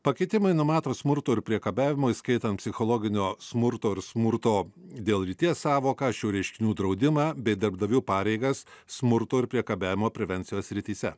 pakeitimai numato smurto ir priekabiavimo įskaitant psichologinio smurto ir smurto dėl lyties sąvoką šių reiškinių draudimą bei darbdavių pareigas smurto ir priekabiavimo prevencijos srityse